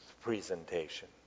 presentation